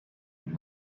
und